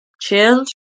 chilled